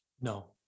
no